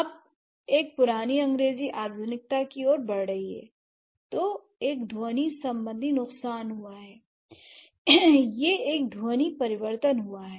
जब एक पुरानी अंग्रेजी आधुनिकता की ओर बढ़ रही है तो एक ध्वनि संबंधी नुकसान हुआ है या एक ध्वनि परिवर्तन हुआ है